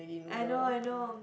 I know I know